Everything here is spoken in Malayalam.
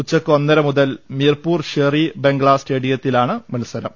ഉച്ചക്ക് ഒന്നര മുതൽ മിർപൂർ ഷേർ ഇ ബംഗ്ല സ് റ്റേഡിയത്തിലാണ് മത്സരം